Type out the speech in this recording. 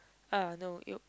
ah no you